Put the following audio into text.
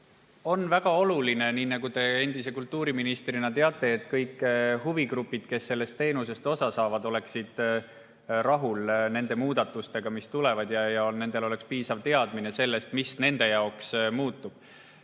On väga oluline, nagu te endise kultuuriministrina teate, et kõik huvigrupid, kes sellest teenusest osa saavad, oleksid rahul nende muudatustega, mis tulevad, ja neil oleks piisav teadmine sellest, mis nende jaoks muutub.